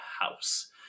house